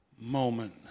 moment